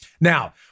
Now